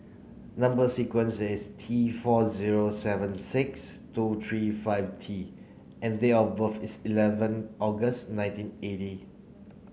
number sequence is T four zero seven six two three five T and date of birth is eleven August nineteen eighty